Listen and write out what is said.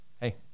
hey